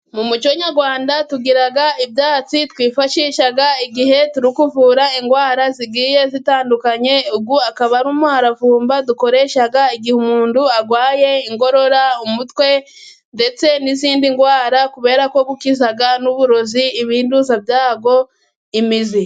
Mu muco Nyarwanda, tugira ibyatsi twifashisha igihe turi kuvura indwara zigiye zitandukanye, uyu akaba ari umuravumba dukoresha igihe umuntu arwaye inkorora, umutwe, ndetse n'izindi ndwara. Kubera ko ukiza n'uburozi ibintuza byawo imizi.